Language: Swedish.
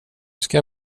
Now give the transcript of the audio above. ska